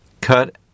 cut